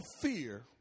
fear